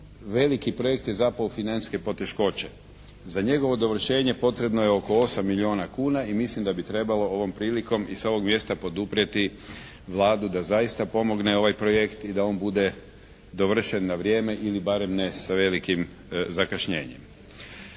veliki projekt je zapao u financijske poteškoće. Za njegovo dovršenje potrebno je oko 8 milijuna kuna i mislim da bi trebalo ovom prilikom i sa ovog mjesta poduprijeti Vladu da zaista pomogne ovaj projekt i da on bude dovršen na vrijeme ili barem ne sa velikim zakašnjenjem.